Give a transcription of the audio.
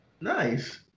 Nice